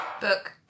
Book